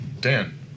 Dan